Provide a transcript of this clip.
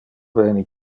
veni